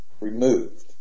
removed